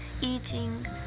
eating